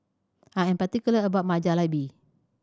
I am particular about my Jalebi